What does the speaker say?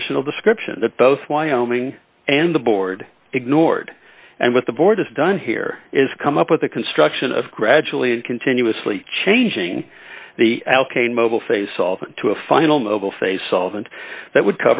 additional description that both wyoming and the board ignored and what the board has done here is come up with the construction of gradually and continuously changing the l k mobile face off to a final mobile face solvent that would